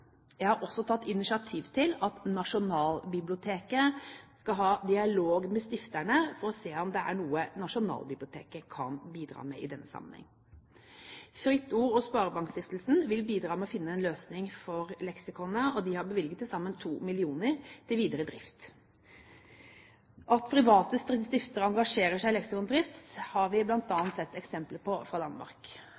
Jeg har også tatt initiativ til at Nasjonalbiblioteket skal ha dialog med stifterne for å se om det er noe Nasjonalbiblioteket kan bidra med i den sammenheng. Fritt Ord og Sparebankstiftelsen vil bidra med å finne en løsning for leksikonet, og de har bevilget til sammen 2 mill. kr til videre drift. At private stiftelser engasjerer seg i leksikondrift, har vi